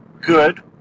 good